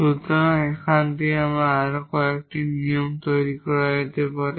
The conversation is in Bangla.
সুতরাং এখান থেকে আরও অনেকগুলি নিয়ম তৈরি করা যেতে পারে